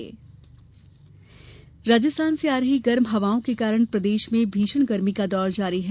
मौसम राजस्थान से आ रही गर्म हवाओं के कारण प्रदेश में तेज गर्मी का दौर जारी है